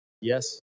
Yes